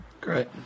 Great